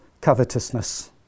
covetousness